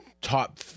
top